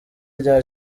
rya